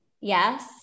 yes